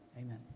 Amen